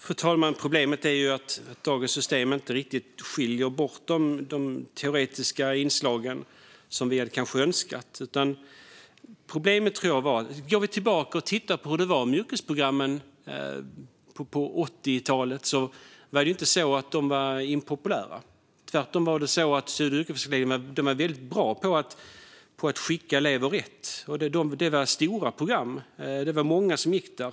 Fru talman! Problemet är ju att dagens system inte riktigt skiljer bort de teoretiska inslagen så som vi hade önskat. Vi kan gå tillbaka och titta på hur det var med yrkesprogrammen på 80-talet. Det var ju inte så att de var impopulära. Tvärtom var det så att studie och yrkesvägledarna var väldigt bra på att skicka elever rätt. Och det var stora program. Det var många som gick dem.